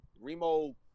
Remo